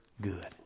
good